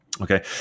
okay